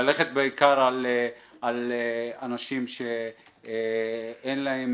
ללכת בעיקר על אנשים שאין להם